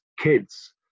kids